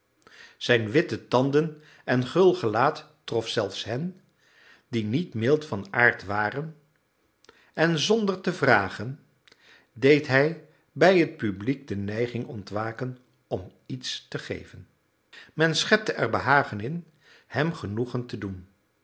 zijn witte tanden en gul gelaat trof zelfs hen die niet mild van aard waren en zonder te vragen deed hij bij het publiek de neiging ontwaken om iets te geven men schepte er behagen in hem genoegen te doen